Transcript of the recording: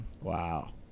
Wow